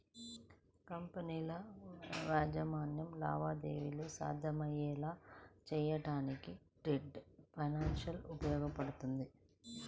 కంపెనీలు వాణిజ్య లావాదేవీలను సాధ్యమయ్యేలా చేయడానికి ట్రేడ్ ఫైనాన్స్ ఉపయోగపడుతుంది